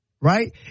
right